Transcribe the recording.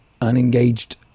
unengaged